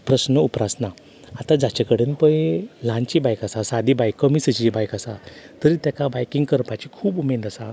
प्रश्न उप्रासना आतां जाचे कडेन पळय ल्हानशी बायक आसा सादी बायक कमी सीसीची बायक आसा तरी तेका बायकींग करपाची खूब उमेद आसा